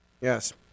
Yes